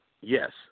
Yes